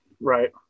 Right